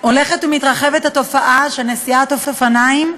הולכת ומתרחבת התופעה של נסיעת אופניים,